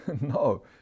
No